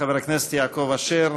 חבר הכנסת יעקב אשר,